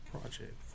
project